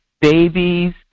babies